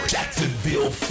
Jacksonville